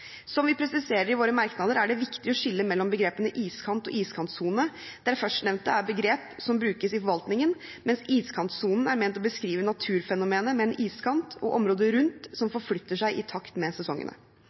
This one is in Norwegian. Som vi presiserer i våre merknader, er det viktig å skille mellom begrepene «iskant» og «iskantsone», der førstnevnte er begrepet som brukes i forvaltningen, mens «iskantsonen» er ment å beskrive naturfenomenet med en iskant og områder rundt som